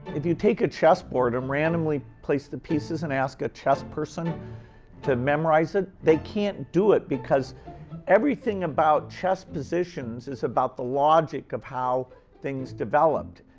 if you take a chessboard and randomly place the pieces and ask a chess person to memorize it, they can't do it, because everything about chess positions is about the logic of how things developed.